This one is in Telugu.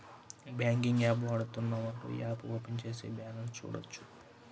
బ్యాంకింగ్ యాప్ వాడుతున్నవారు యాప్ ఓపెన్ చేసి బ్యాలెన్స్ చూడొచ్చు